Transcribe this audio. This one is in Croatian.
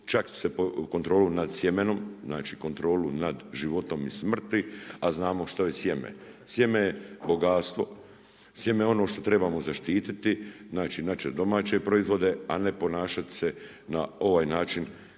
komplet kontrolu nad sjemenom, znači kontrolu nad životom i smrti, a znamo što je sjeme. Sjeme je bogatstvo, sjeme je ono što trebamo zaštiti, znači naše domaće proizvode, a ne ponašati se na ovaj način